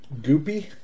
Goopy